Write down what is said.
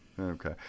Okay